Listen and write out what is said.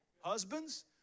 Husbands